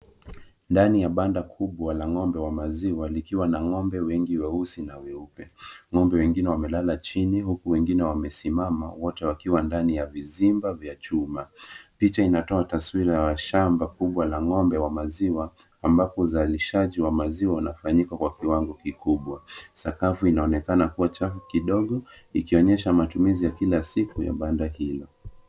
Ndani ya banda kubwa la ngombe wa maziwa likiwa na ngombe wengi weusi na weupe. Ngombe wengine wamelala chini huku wengine wamesimama wote wakiwa ndani ya vizimba vya chuma. Picha inatoa taswira ya shamba kubwa la ngombe ya maziwa ambapo uzalishaji wa maziwa unafanyika kwa kiwango kikubwa. Sakafu inaonekana kuwa chafu kidogo ikionyesha matumizi ya kila siku ya banda hilo.